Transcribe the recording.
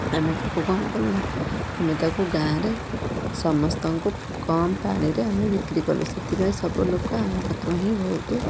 ଆମେ ତାକୁ କ'ଣ କଲୁନା ଆମେ ତାକୁ ଗାଁରେ ସମସ୍ତଙ୍କୁ କମ୍ ପାଣିରେ ଆମେ ବିକ୍ରି କଲୁ ସେଥିପାଇଁ ସବୁ ଲୋକ ଆମ କତିରୁ ହିଁ ବହୁତ